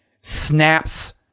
snaps